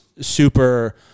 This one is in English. super